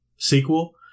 sequel